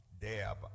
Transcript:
Deb